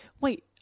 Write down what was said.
wait